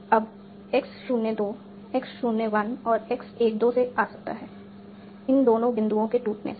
अब x 0 2 x 0 1 और x 1 2 से आ सकता है इन दोनों बिंदुओं के टूटने से